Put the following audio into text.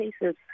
cases